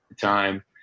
time